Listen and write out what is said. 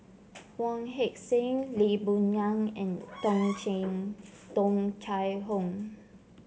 Wong Heck Sing Lee Boon Ngan and Tung Tung Chye Hong